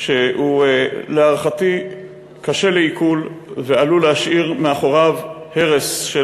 שלהערכתי הוא קשה לעיכול ועלול להשאיר אחריו הרס של